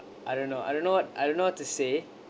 I don't know I don't know what I don't know what to say